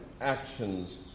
actions